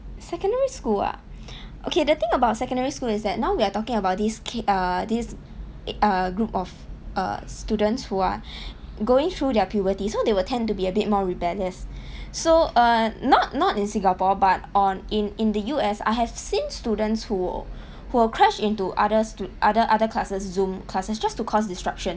secondary school ah okay the thing about secondary school is that now we are talking about these uh these uh group of uh students who are going through their puberty so they will tend to be a bit more rebellious so uh not not in singapore but on in in the U_S I have seen students who who will crash into other stu~ other other classes zoom classes just to cause disruption